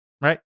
right